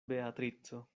beatrico